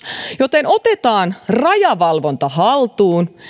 joten otetaan rajavalvonta haltuun